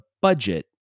budget